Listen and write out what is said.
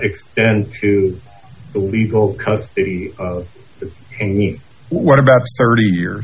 extend to the legal custody of the what about thirty years